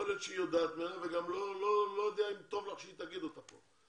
יכול להיות שהיא יודעת ואולי לא טוב לך שהיא תגיד אותה כאן.